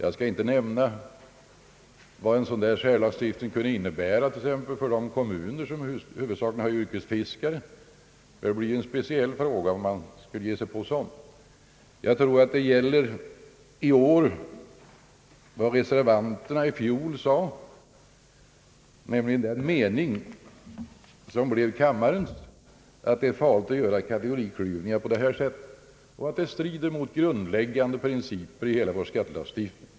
Jag skall inte nämna vad en sådan särlagstiftning kunde innebära för kommuner med många yrkesfiskare. Det blir en speciell fråga om man skulle göra något sådant. Jag tror att även i år gäller vad de som var reservanter i fjol anförde, nämligen att det är farligt att göra kategoriklyvningar på detta sätt och att det strider mot grundläggande principer i hela vår skattelagstiftning.